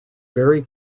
very